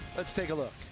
let's take a look.